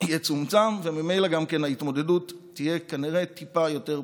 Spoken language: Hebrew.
יצומצם וממילא גם כן ההתמודדות תהיה כנראה טיפה יותר פשוטה.